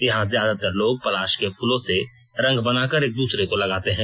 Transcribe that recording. यहां ज्यादातर लोग पलाश के फूलों से रंग बनाकर एक दूसरे को लगाते हैं